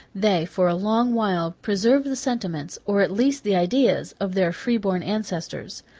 they for a long while preserved the sentiments, or at least the ideas, of their free-born ancestors.